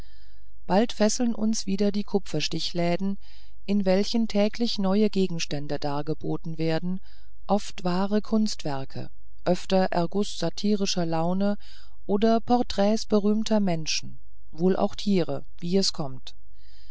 bald fesseln uns wieder die kupferstichläden in welchen täglich neue gegenstände dargeboten werden oft wahre kunstwerke öfter erguß satirischer laune oder porträts berühmter menschen auch wohl tiere wie es kommt